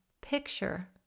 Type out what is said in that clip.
picture